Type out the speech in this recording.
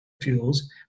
fuels